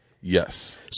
Yes